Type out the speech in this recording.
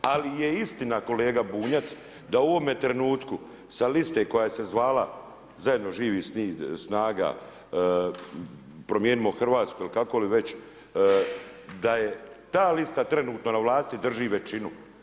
Ali je istina kolega Bunjac da u ovome trenutku sa liste koja se zvala zajedno Živi zid, SNAGA, Promijenimo Hrvatsku ili kako li već, da je ta lista trenutno na vlasti, drži većinu.